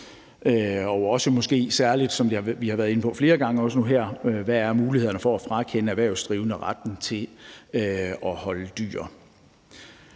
Og måske særlig, som vi har været inde på flere gange også nu her, hvad mulighederne for at frakende erhvervsdrivende retten til at holde dyr